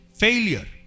failure